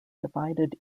divided